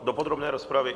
Do podrobné rozpravy?